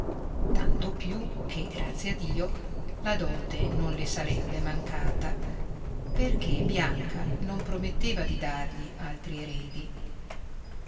tanto più che grazie a dio la dote non le sarebbe mancata perché bianca non prometteva di dargli altri eredi